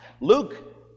Luke